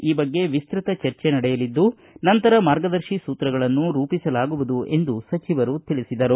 ಈ ಬಗ್ಗೆ ವಿಸ್ತತವಾದ ಚರ್ಚೆ ನಡೆಯಲಿದ್ದು ನಂತರ ಮಾರ್ಗದರ್ಶಿ ಸೂತ್ರಗಳನ್ನು ರೂಪಿಸಲಾಗುವುದು ಎಂದು ಸಚಿವರು ತಿಳಿಸಿದರು